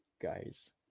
guys